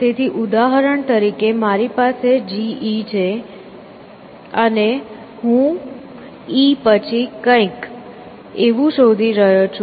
તેથી ઉદાહરણ તરીકે મારી પાસે G E છે તે છે અને હું E પછી કંઈક એવું શોધી રહ્યો છું